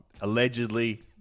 Allegedly